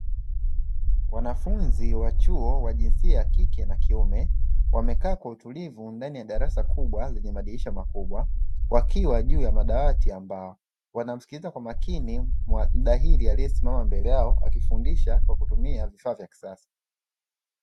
Wanafunzi wa chuo wa jinsia ya kike na ya kiume, wamekaa kwa utulivu ndani ya darasa kubwa lenye madirisha makubwa wakiwa juu ya madawati ya mbao, wanamsikiliza kwa makini mhadhiri aliyesimama mbele yao, akifundisha kwa kutumia vifaa vya kisasa.